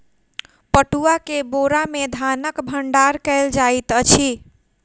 पटुआ के बोरा में धानक भण्डार कयल जाइत अछि